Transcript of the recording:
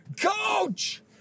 Coach